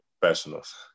professionals